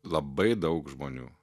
labai daug žmonių